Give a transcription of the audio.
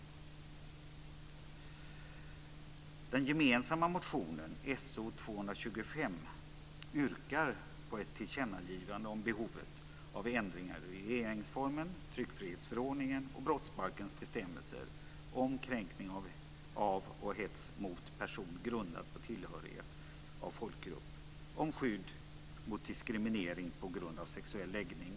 I den gemensamma motionen, So225, yrkas det på ett tillkännagivande om behovet av ändringar i regeringsformen, tryckfrihetsförordningen och brottsbalkens bestämmelser om kränkning av och hets mot person grundad på tillhörighet till folkgrupp och om skydd mot diskriminering på grund av sexuell läggning.